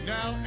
Now